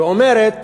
ואומרת